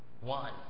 One